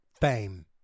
Fame